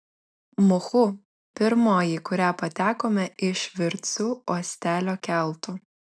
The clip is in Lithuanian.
muhu pirmoji į kurią patekome iš virtsu uostelio keltu